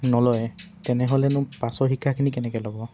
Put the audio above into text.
নলয় তেনেহ'লেনো পাছৰ শিক্ষাখিনি কেনেকৈ ল'ব